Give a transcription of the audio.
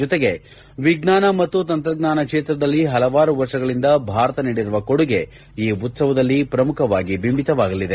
ಜೊತೆಗೆ ವಿಜ್ಞಾನ ಮತ್ತು ತಂತ್ರಜ್ಞಾನ ಕ್ಷೇತ್ರದಲ್ಲಿ ಹಲವಾರು ವರ್ಷಗಳಿಂದ ಭಾರತ ನೀಡಿರುವ ಕೊಡುಗೆ ಈ ಉತ್ಸವದಲ್ಲಿ ಪ್ರಮುಖವಾಗಿ ಬಿಂಬಿತವಾಗಲಿದೆ